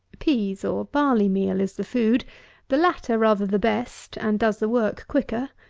peas, or barley-meal is the food the latter rather the best, and does the work quicker.